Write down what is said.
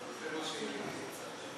כפרויקט התחלתי לפתור את הבעיה שאתה העלית.